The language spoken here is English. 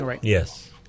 Yes